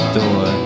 door